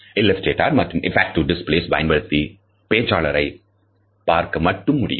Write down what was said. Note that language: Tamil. இல்லஸ்டேட்டஸ் மற்றும் எப்பக்டிவ் டிஸ்ப்ளேஸ் பயன்படுத்தி பேச்சாளரை பார்க்க மட்டும் முடியும்